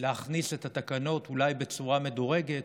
להכניס את התקנות, אולי בצורה מדורגת,